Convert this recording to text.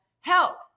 help